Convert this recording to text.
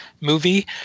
movie